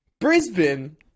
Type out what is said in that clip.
Brisbane